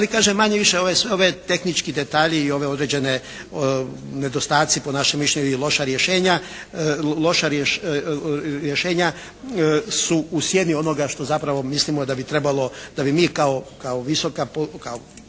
Ali kažem manje-više ovi tehnički detalji i ove određeni nedostatci po našem mišljenju i loša rješenja su u sjeni onoga što zapravo mislimo da bi trebalo, da bi mi kao visoka, kao